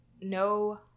no